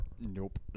nope